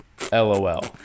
LOL